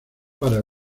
para